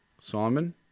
Simon